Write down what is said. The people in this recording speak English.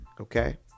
okay